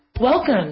Welcome